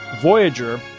Voyager